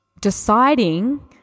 deciding